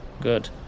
Good